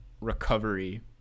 Recovery